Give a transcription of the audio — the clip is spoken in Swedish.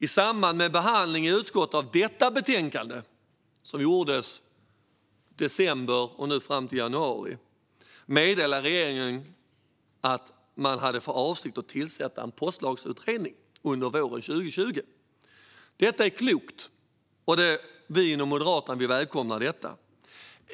I samband med behandlingen i utskottet av detta betänkande, från december fram till januari, meddelade regeringen att man hade för avsikt att tillsätta en postlagsutredning under våren 2020. Det är klokt, och vi moderater välkomnar utredningen.